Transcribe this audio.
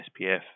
SPF